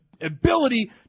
ability